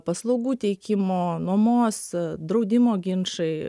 paslaugų teikimo nuomos draudimo ginčai